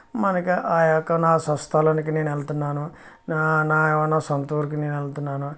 మనకు ఆ యొక్క నా స్వస్థలానికి నేను వెళ్తున్నాను నా నా సొంత ఊరికి నేను వెళ్తున్నాను